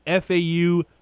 FAU